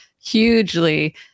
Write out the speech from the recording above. hugely